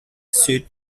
sur